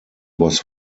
was